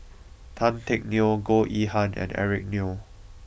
Tan Teck Neo Goh Yihan and Eric Neo